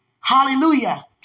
Hallelujah